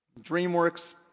DreamWorks